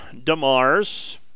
DeMars